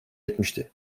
etmişti